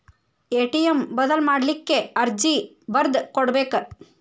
ATM ಬದಲ್ ಮಾಡ್ಲಿಕ್ಕೆ ಅರ್ಜಿ ಬರ್ದ್ ಕೊಡ್ಬೆಕ